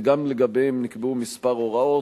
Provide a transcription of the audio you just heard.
וגם לגביהן נקבעו מספר הוראות.